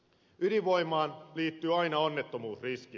ydinvoimaan liittyy aina onnettomuusriski